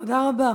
תודה רבה.